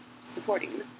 supporting